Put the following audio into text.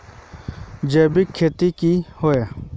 जैविक खेती की होय?